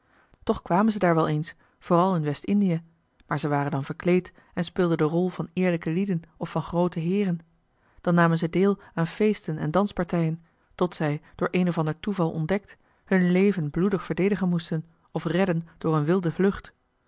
toch kwamen zij daar wel eens vooral in west-indië maar ze waren dan verkleed en speelden de rol van eerlijke lieden of van groote heeren dan namen zij deel aan feesten en danspartijen tot zij door een of ander toeval ontdekt hun leven bloedig verdedigen moesten of redden door een wilde vlucht